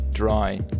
dry